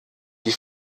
die